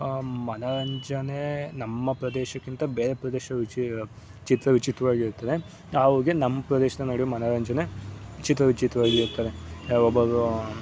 ಮನೋರಂಜನೆ ನಮ್ಮ ಪ್ರದೇಶಕ್ಕಿಂತ ಬೇರೆ ಪ್ರದೇಶ ರುಚಿಯಾಗಿದೆ ಚಿತ್ರ ವಿಚಿತ್ರವಾಗಿರುತ್ತದೆ ಹಾವಿಗೆ ನಮ್ಮ ಪ್ರದೇಶ್ದಲ್ಲಿ ನೀಡುವ ಮನೋರಂಜನೆ ಚಿತ್ರ ವಿಚಿತ್ರವಾಗಿರುತ್ತದೆ ಯಾವೊಬ್ಬರೂ